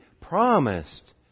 promised